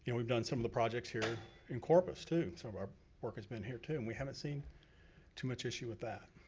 and we've done some of the projects here in corpus too, some of our work has been here too, and we haven't seen too much issue with that.